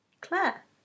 Claire